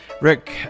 Rick